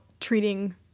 treating